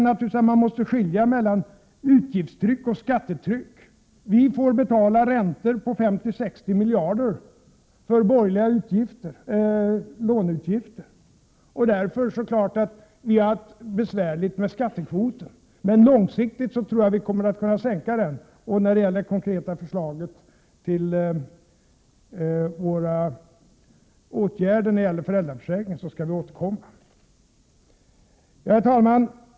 Naturligtvis måste man skilja mellan utgiftstryck och skattetryck. Vi får betala räntor på 50-60 miljarder kronor för borgerliga låneskulder, och därför är det klart att vi har haft det besvärligt med skattekvoten, men långsiktigt tror jag vi kommer att kunna sänka den. Till det konkreta förslaget om våra åtgärder när det gäller föräldraförsäkringen skall vi återkomma. Herr talman!